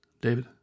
David